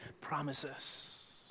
promises